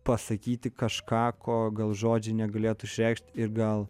pasakyti kažką ko gal žodžiai negalėtų išreikšti ir gal